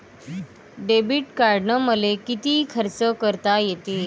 Debit कार्डानं मले किती खर्च करता येते?